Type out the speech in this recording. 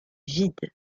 vide